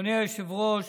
אדוני היושב-ראש,